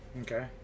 Okay